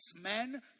Men